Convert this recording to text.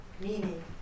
meaning